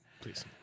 please